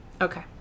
Okay